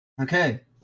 Okay